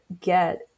get